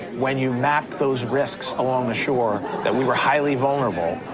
when you mapped those risks along the shore, that we were highly vulnerable.